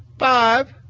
five,